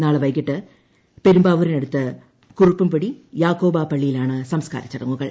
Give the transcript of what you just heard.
നാളെ വൈകിട്ട് പെരുമ്പാവൂരിനടുത്ത് കുറുപ്പുംപടി യാക്കോബ പള്ളിയിൽ ആണ് സംസ്ക്കാര ചടങ്ങുകൾ